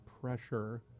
pressure